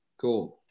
cool